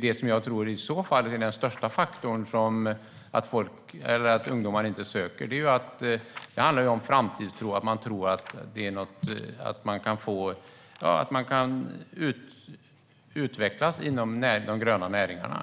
Det som jag tror är den största faktorn till att ungdomar inte söker handlar om framtidstro och om man kan utvecklas inom de gröna näringarna.